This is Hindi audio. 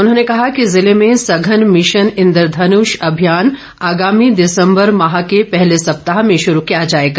उन्होंने कहा कि ज़िले में सघन मिशन इंद्रधनुष अभियान आगामी दिसम्बर माह के पहले सप्ताह में शुरू किया जाएगा